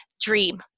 dream